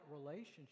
relationship